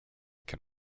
can